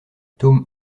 tome